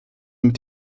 mit